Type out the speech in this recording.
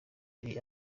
yari